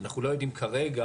אנחנו לא יודעים כרגע